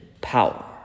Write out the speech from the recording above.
power